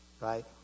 right